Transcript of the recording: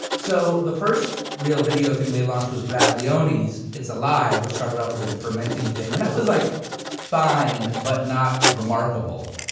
so the first real video thing they launched was bradley dhoni's. it's alive, which started off as like a fermenting thing. and that was like fine, but not remarkable.